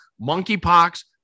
monkeypox